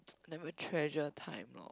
never treasure time lor